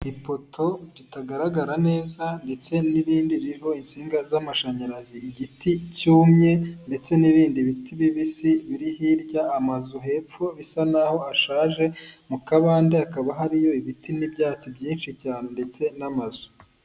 Ipoto ritagaragara neza ndetse n'ibindi ririho insinga z'amashanyarazi, igiti cyumye ndetse n'ibindi biti bibisi biri hirya, amazu hepfo bisa n'aho ashaje, mu kabande hakaba hariyo ibiti n'ibyatsi byinshi cyane ndetse n'amazu.